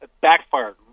backfired